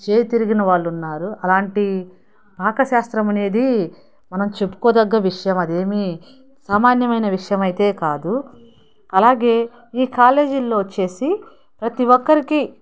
చేయి తిరిగిన వాళ్ళు ఉన్నారు అలాంటి పాకశాస్త్రం అనేది మనం చెప్పుకోదగ్గ విషయం అదేమీ సామాన్యమైన విషయమైతే కాదు అలాగే ఈ కాలేజీల్లో వచ్చేసే ప్రతీ ఒక్కరికి